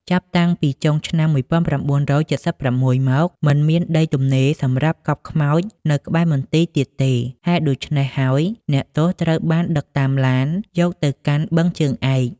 ចាប់តាំងពី ចុងឆ្នាំ១៩៧៦មក មិនមានដីទំនេរសម្រាប់កប់ខ្មោចនៅក្បែរមន្ទីរទៀតទេ ហេតុដូច្នេះហើយអ្នកទោសត្រូវបានដឹកតាមឡាន នៅពេលយប់យកទៅកាន់បឹងជើងឯក ។